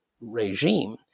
regime